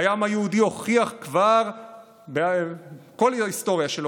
העם היהודי כבר הוכיח בכל ההיסטוריה שלו